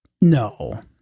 No